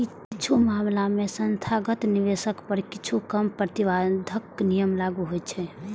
किछु मामला मे संस्थागत निवेशक पर किछु कम प्रतिबंधात्मक नियम लागू होइ छै